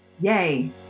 Yay